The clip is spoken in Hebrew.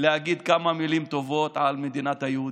להגיד כמה מילים טובות על מדינת היהודים.